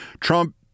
Trump